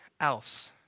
else